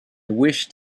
wished